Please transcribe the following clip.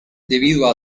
debido